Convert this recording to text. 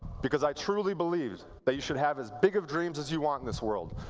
because i truly believe that you should have as big of dreams as you want in this world.